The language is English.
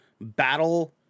battle